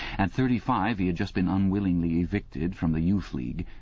at thirty-five he had just been unwillingly evicted from the youth league,